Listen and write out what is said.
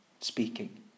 speaking